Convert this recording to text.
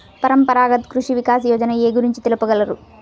పరంపరాగత్ కృషి వికాస్ యోజన ఏ గురించి తెలుపగలరు?